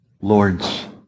lord's